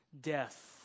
death